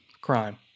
Crime